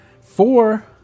four